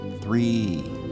three